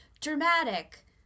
dramatic